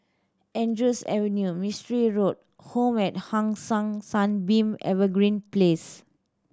Andrews Avenue Mistri Road Home at Hong San Sunbeam Evergreen Place